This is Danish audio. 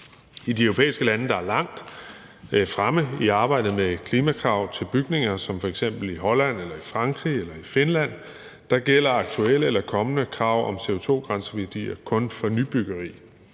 I de europæiske lande, der er langt fremme i arbejdet med klimakrav til bygninger, som f.eks. Holland eller Frankrig eller Finland, gælder aktuelle eller kommende krav om CO2-grænseværdier kun for nybyggeri.